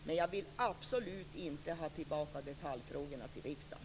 Men jag vill absolut inte ha tillbaka detaljfrågorna till riksdagen.